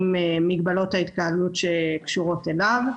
כולל מגבלות ההתקהלות שקשורות אליו,